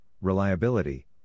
reliability